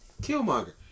Killmonger